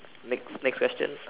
next next questions